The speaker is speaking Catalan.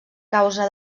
causa